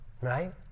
right